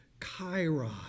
kairos